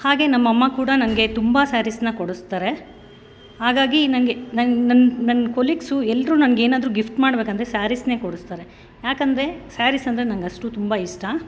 ಹಾಗೆ ನಮ್ಮಮ್ಮ ಕೂಡ ನನಗೆ ತುಂಬ ಸ್ಯಾರೀಸ್ನ ಕೊಡಿಸ್ತಾರೆ ಹಾಗಾಗಿ ನನಗೆ ನನ್ನ ನನ್ನ ನನ್ನ ಕೊಲೀಗ್ಸು ಎಲ್ಲರೂ ನನಗೇನಾದ್ರೂ ಗಿಫ್ಟ್ ಮಾಡ್ಬೇಕೆಂದ್ರೆ ಸ್ಯಾರೀಸ್ನೇ ಕೊಡಿಸ್ತಾರೆ ಏಕೆಂದ್ರೆ ಸ್ಯಾರೀಸಂದರೆ ನನಗಷ್ಟು ತುಂಬ ಇಷ್ಟ